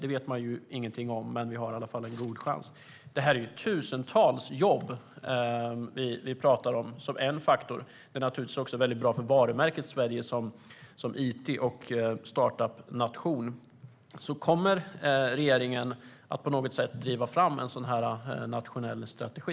Det vet man ingenting om, men vi har i alla fall en god chans. Det är ju tusentals jobb vi talar om som en faktor. Men det är naturligtvis också väldigt bra för varumärket Sverige som it och startup-nation. Kommer regeringen på något sätt att driva fram en sådan nationell strategi?